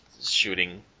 shooting